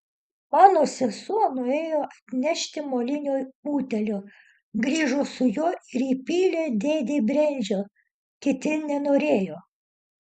mano sesuo nuėjo atnešti molinio butelio grįžo su juo ir įpylė dėdei brendžio kiti nenorėjo